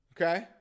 Okay